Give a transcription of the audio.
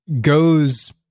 goes